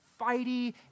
fighty